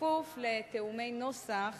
בכפוף לתיאומי נוסח